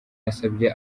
yasabye